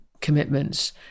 commitments